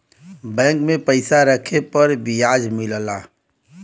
bank में पइसा रखे पर बियाज मिलला